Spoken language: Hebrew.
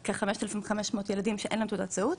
כ-5,500 ילדים שאין להם תעודת זהות,